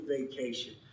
vacation